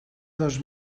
dos